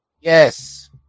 yes